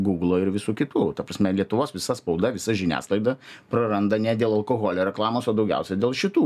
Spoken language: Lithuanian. gūglo ir visų kitų ta prasme lietuvos visa spauda visa žiniasklaida praranda ne dėl alkoholio reklamos o daugiausia dėl šitų